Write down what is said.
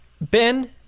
Ben